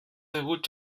degut